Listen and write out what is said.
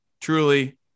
Truly